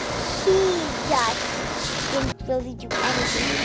he just didn't really do anything.